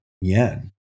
yen